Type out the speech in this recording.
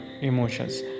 emotions